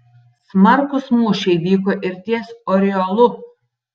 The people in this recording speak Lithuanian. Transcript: smarkūs mūšiai vyko ir ties oriolu